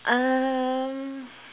um